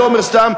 אני לא אומר סתם,